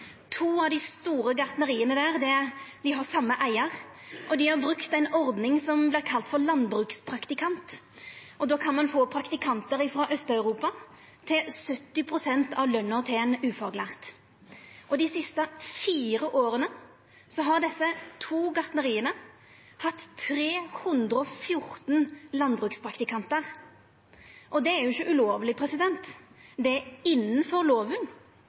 To av dei store gartneria der har same eigar, og dei har brukt ei ordning som vert kalla for landbrukspraktikant. Då kan ein få praktikantar frå Aust-Europa til 70 pst. av løna til ein ufaglærd. Dei siste fire åra har desse to gartneria hatt 314 landbrukspraktikantar. Det er ikkje ulovleg, det er innanfor lova,